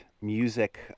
music